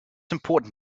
important